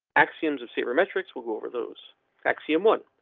axioms of sabermetrics will go over those axiom one.